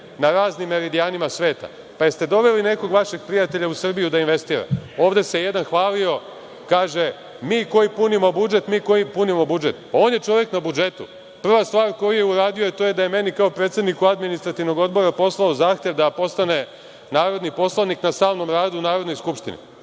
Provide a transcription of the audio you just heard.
na raznim meridijanima sveta, pa jeste li doveli nekog vašeg prijatelja u Srbiju da investira? Ovde se jedan hvalio, kaže – mi koji punimo budžet, mi koji punimo budžet. On je čovek na budžetu. Prva stvar koju je uradio, to je da je meni kao predsedniku Administrativnog odbora poslao zahteva da postane narodni poslanik na stalnom radu u Narodnoj skupštini.